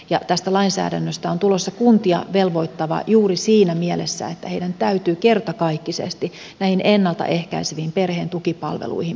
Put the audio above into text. ja tästä lainsäädännöstä on tulossa kuntia velvoittava juuri siinä mielessä että niiden täytyy kertakaikkisesti näihin ennalta ehkäiseviin perheen tukipalveluihin panostaa